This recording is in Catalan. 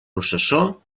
processó